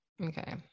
Okay